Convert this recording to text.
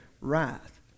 wrath